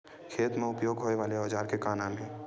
खेत मा उपयोग होए वाले औजार के का नाम हे?